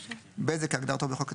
בזק כהגדרתו בחוק התקשורת,